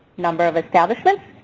number of establishments,